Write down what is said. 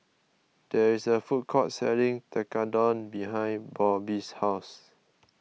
there is a food court selling Tekkadon behind Robby's house